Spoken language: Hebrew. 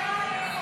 הסתייגות 60 לא